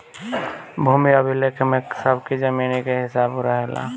भूमि अभिलेख में सबकी जमीनी के हिसाब रहेला